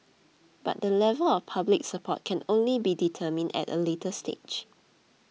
but the level of public support can only be determined at a later stage